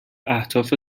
اهداف